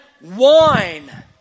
wine